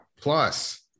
Plus